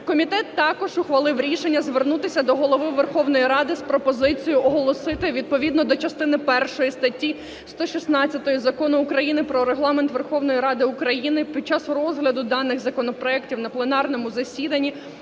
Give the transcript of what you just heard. Комітет також ухвалив рішення звернутися до Голови Верховної Ради з пропозицією оголосити відповідно до частини першої статті 116 Закону України "Про Регламент Верховної Ради України" під час розгляду даних законопроектів на пленарному засідання